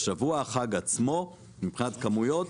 בשבוע החג עצמו מבחינת כמויות,